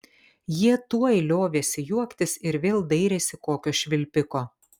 jie tuoj liovėsi juoktis ir vėl dairėsi kokio švilpiko